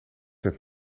werd